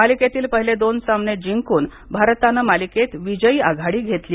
मालिकेतील पहिले दोन्ही सामने जिंकून भारताने मालिकेत विजयी आघाडी घेतली आहे